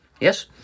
yes